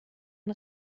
ein